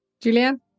Julian